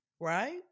right